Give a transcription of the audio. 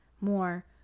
more